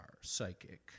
psychic